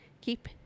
keep